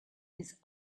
his